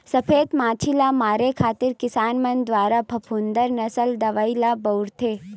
सफेद मांछी ल मारे खातिर किसान मन दुवारा फफूंदनासक दवई ल बउरथे